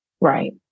Right